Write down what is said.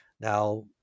Now